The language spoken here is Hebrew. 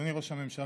אדוני ראש הממשלה,